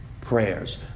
prayers